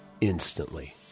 instantly